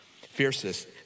fiercest